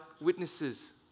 witnesses